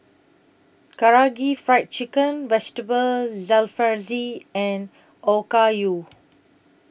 Karaage Fried Chicken Vegetable Jalfrezi and Okayu